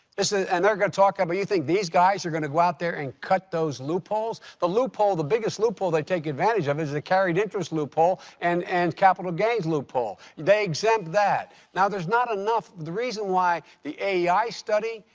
this is and they're going to talk i mean, but you think these guys are going to go out there and cut those loopholes? the loophole the biggest loophole they take advantage of is the carried interest loophole and and capital gains loophole. they exempt that. now, there's not enough the reason why the aei study,